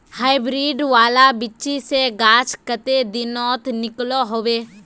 Hybrid वाला बिच्ची से गाछ कते दिनोत निकलो होबे?